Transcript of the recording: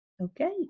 Okay